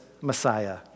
Messiah